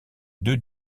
deux